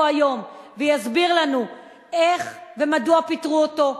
היום ויסביר לנו איך ומדוע פיטרו אותו.